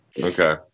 Okay